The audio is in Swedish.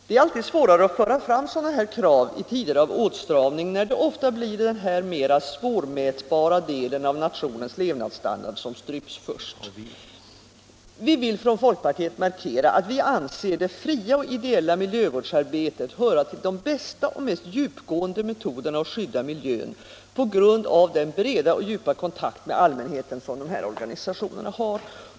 Det är alltid svårare att föra fram krav som dessa i tider av åtstramning, då det ofta blir den här mera svårmätbara delen av nationens levnadsstandard som stryps först. Vi vill från folkpartiet markera att vi anser det fria och ideella miljövårdsarbetet höra till de bästa och mest djupgående metoderna att skydda miljön och detta genom den breda och djupa kontakt med allmänheten som dessa organisationer har.